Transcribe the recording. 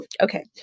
okay